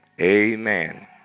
Amen